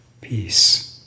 peace